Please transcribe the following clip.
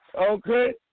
Okay